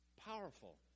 Powerful